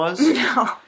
No